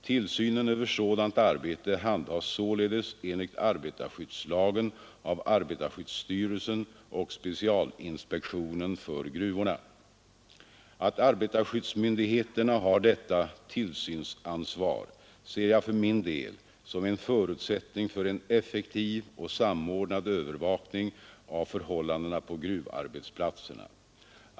Tillsynen över sådant arbete handhas således enligt arbetarskyddslagen av arbetarskyddsstyrelsen och specialinspektionen för gruvorna. Att arbetarskyddsmyndigheterna har detta tillsynsansvar ser jag för min del som en förutsättning för en effektiv och samordnad övervakning av förhållandena på gruvarbetsplatserna.